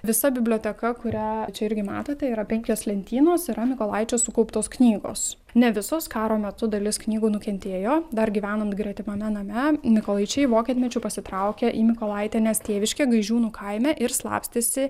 visa biblioteka kurią čia irgi matote yra penkios lentynos yra mykolaičio sukauptos knygos ne visos karo metu dalis knygų nukentėjo dar gyvenant gretimame name mykolaičiai vokietmečiu pasitraukė į mykolaitienės tėviškę gaižiūnų kaime ir slapstėsi